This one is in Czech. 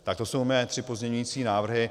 Tak to jsou mé tři pozměňující návrhy.